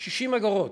60 אגורות.